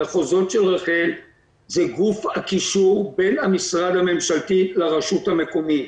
המחוזות הן גוף הקישור בין המשרד הממשלתי לרשות המקומית.